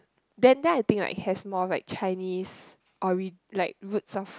then then I think like has more like Chinese or re~ like roots of